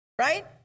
right